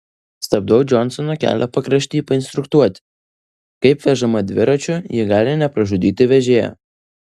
stabdau džonsono kelio pakrašty painstruktuoti kaip vežama dviračiu ji gali nepražudyti vežėjo